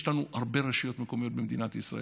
יש לנו הרבה רשויות מקומיות במדינת ישראל,